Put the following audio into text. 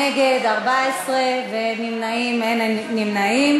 נגד, 14, אין נמנעים.